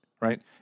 right